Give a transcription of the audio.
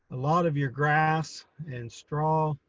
a lot of your grass and straw